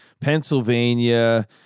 Pennsylvania